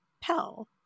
Pell